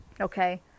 Okay